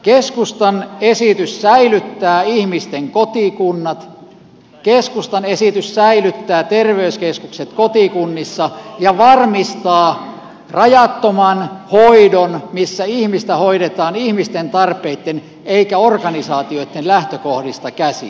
keskustan esitys säilyttää ihmisten kotikunnat keskustan esitys säilyttää terveyskeskukset kotikunnissa ja varmistaa rajattoman hoidon missä ihmistä hoidetaan ihmisten tarpeitten eikä organisaatioitten lähtökohdista käsin